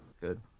Good